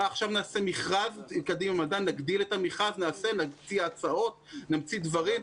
עכשיו נגדיל את המכרז, נציע הצעות, נמציא דברים?